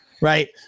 right